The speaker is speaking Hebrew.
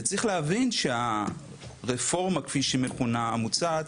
וצריך להבין שהרפורמה כפי שמכונה המוצעת,